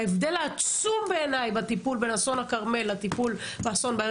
ההבדל העצום בעיני בטפול בין אסון הכרמל לטיפול באסון בהרי